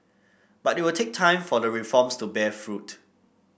but it will take time for the reforms to bear fruit